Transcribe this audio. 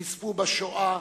נספו בשואה,